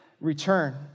return